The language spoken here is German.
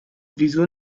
wieso